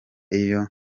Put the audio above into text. iyo